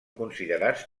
considerats